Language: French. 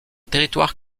territoire